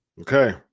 okay